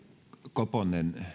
koponen